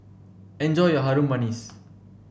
enjoy your Harum Manis